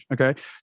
okay